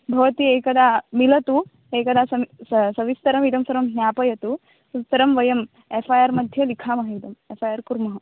भवती एकदा मिलतु एकदा समि सविस्तरम् इदं सर्वं ज्ञापयतु ततः परं वयं एफ़ैअर् मध्ये लिखामः इदम् एफ़ैअर् कुर्मः